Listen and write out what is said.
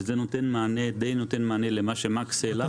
וזה נותן מענה למה שמקס העלה פה.